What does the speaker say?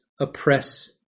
oppress